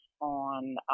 on